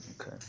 Okay